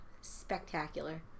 Spectacular